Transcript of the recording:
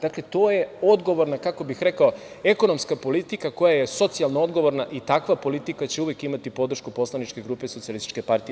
Dakle, to je odgovorna, kako bih rekao, ekonomska politika koja je socijalno odgovorna i takva politika će uvek imati podršku poslaničke grupe SPS.